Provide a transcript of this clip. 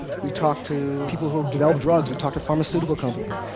we talked to people who have developed drugs. we talked to pharmaceutical companies.